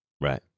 Right